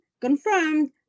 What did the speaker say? confirmed